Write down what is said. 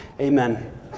amen